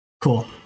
Cool